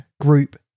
group